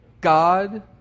God